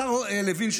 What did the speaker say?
השר לוין,